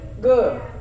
Good